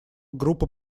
группа